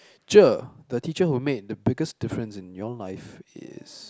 sure the teacher who made the biggest difference in your life is